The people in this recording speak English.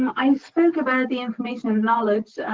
um i um spoke about the information and knowledge.